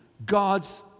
God's